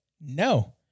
no